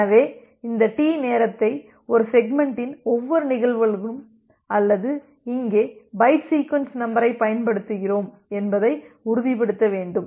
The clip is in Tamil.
எனவே இந்த டி நேரத்தை ஒரு செக்மெண்ட்டின் ஒவ்வொரு நிகழ்வுகளும் அல்லது இங்கே பைட் சீக்வென்ஸ் நம்பரைப் பயன்படுத்துகிறோம் என்பதை உறுதிப்படுத்த வேண்டும்